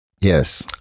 yes